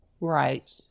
Right